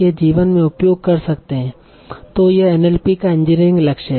तो अगले मॉड्यूल में हम चर्चा करेंगे ओर कुछ सरल उदाहरण लेकर हम यह देखेंगे की हम एनएलपी में क्या करते हैं